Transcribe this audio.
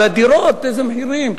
והדירות, איזה מחירים.